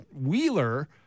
Wheeler –